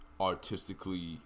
Artistically